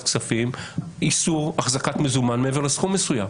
כספים - לגבי איסור על אחזקת מזומן מעבר לסכום מסוים.